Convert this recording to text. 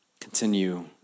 Continue